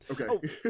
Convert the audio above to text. Okay